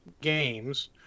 games